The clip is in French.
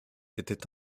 était